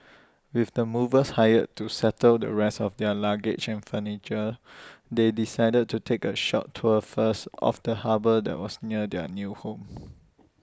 with the movers hired to settle the rest of their luggage and furniture they decided to take A short tour first of the harbour that was near their new home